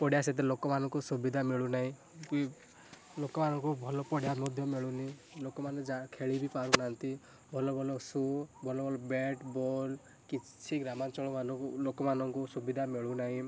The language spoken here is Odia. ପଡ଼ିଆ ସେତେ ଲୋକମାନଙ୍କୁ ସୁବିଧା ମିଳୁନାହିଁ କି ଲୋକମାନଙ୍କୁ ଭଲ ପଡ଼ିଆକୁ ମଧ୍ୟ ମିଳୁନି ଲୋକମାନେ ଯା ଖେଳିବି ପାରୁନାହାନ୍ତି ଭଲ ଭଲ ସୁ ଭଲ ଭଲ ବ୍ୟାଟ୍ ବଲ୍ କିଛି ଗ୍ରାମାଞ୍ଚଳ ମାନଙ୍କୁ ଲୋକମାନଙ୍କୁ ସୁବିଧା ମିଳୁନାହିଁ